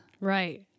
Right